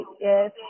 yes